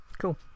Cool